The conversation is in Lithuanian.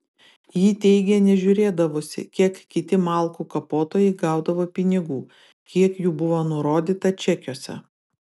ji teigė nežiūrėdavusi kiek kiti malkų kapotojai gaudavo pinigų kiek jų buvo nurodyta čekiuose